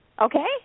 Okay